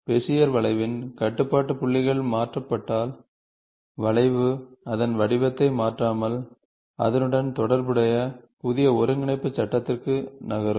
Bezier வளைவின் கட்டுப்பாட்டு புள்ளிகள் மாற்றப்பட்டால் வளைவு அதன் வடிவத்தை மாற்றாமல் அதனுடன் தொடர்புடைய புதிய ஒருங்கிணைப்பு சட்டத்திற்கு நகரும்